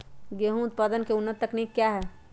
गेंहू उत्पादन की उन्नत तकनीक क्या है?